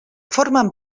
formen